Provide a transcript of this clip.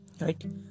right